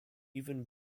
even